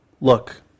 Look